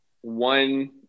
one